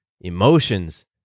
emotions